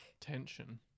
Tension